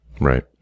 Right